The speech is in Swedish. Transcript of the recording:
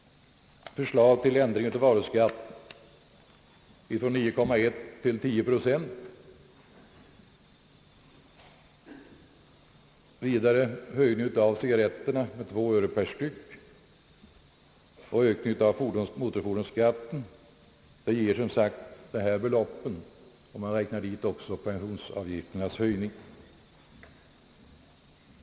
Förslagen till ändring av varuskatten från 9,1 till 10 procent, höjning av cigarrettpriserna med 2 öre per styck och ökning av motorfordonsskatten ger som sagt dessa belopp, om man dit räknar också pensionsavgifternas höjning.